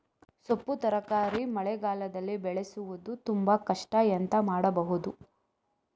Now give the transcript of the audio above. ಸೊಪ್ಪು ತರಕಾರಿ ಮಳೆಗಾಲದಲ್ಲಿ ಬೆಳೆಸುವುದು ತುಂಬಾ ಕಷ್ಟ ಎಂತ ಮಾಡಬಹುದು?